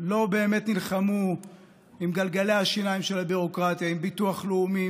לא באמת נלחמו בגלגלי השיניים של הביורוקרטיה עם ביטוח לאומי,